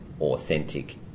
authentic